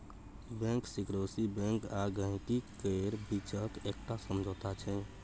bank secrecy bank आ गांहिकी केर बीचक एकटा समझौता छै